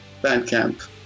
Bandcamp